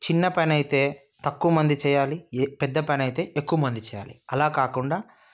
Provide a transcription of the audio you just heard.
చిన్న పని అయితే తక్కువ మంది చేయాలి పెద్ద పని అయితే ఎక్కువ మంది చేయాలి ఇలా కాకుండా